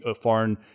foreign